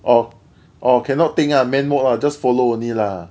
orh orh cannot think ah man mode lah just follow only lah